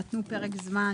נתנו פרק זמן